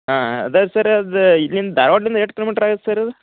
ಹಾಂ ಅದು ಸರ್ ಅದು ಇಲ್ಲಿಂದ ಧಾರ್ವಾಡ್ದಿಂದ ಎಷ್ಟ್ ಕಿಲೋಮೀಟ್ರ್ ಆಗತ್ತೆ ಸರ್ ಅದು